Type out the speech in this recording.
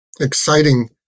exciting